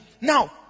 Now